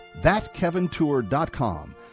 ThatKevinTour.com